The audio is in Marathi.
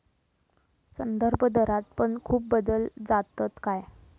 संदर्भदरात पण खूप बदल जातत काय?